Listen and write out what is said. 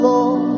Lord